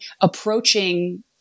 approaching